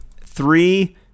Three